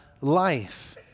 life